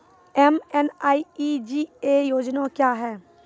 MNREGA योजना क्या हैं?